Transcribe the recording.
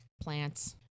Plants